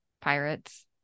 Pirates